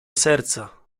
serca